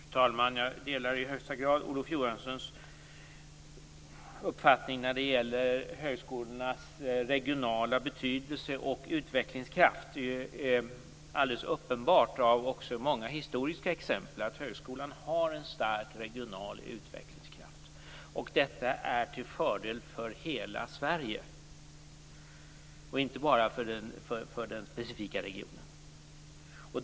Fru talman! Jag delar i högsta grad Olof Johanssons uppfattning när det gäller högskolornas regionala betydelse och utvecklingskraft. Det är alldeles uppenbart, också av många historiska exempel att döma, att högskolan har en stark regional utvecklingskraft. Detta är till fördel för hela Sverige, och inte bara för den specifika regionen.